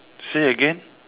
say again